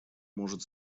может